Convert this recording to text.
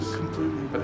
completely